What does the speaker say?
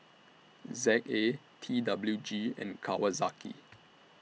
Z A T W G and Kawasaki